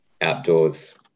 outdoors